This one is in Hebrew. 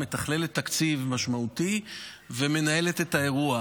מתכללת תקציב משמעותי ומנהלת את האירוע.